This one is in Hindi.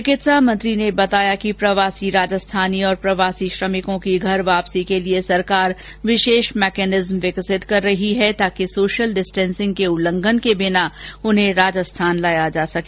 चिकित्सा मंत्री ने बताया कि प्रवासी राजस्थानी और प्रवासी श्रमिकों की घर वापसी के लिए सरकार विशेष मैकेनिज्म विकसित कर रही है ताकि सोशल डिस्टेंसिंग के उल्लंघन के बिना उन्हें राजस्थान लाया जा सके